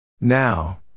Now